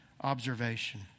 observation